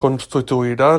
constituirà